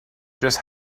just